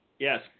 Yes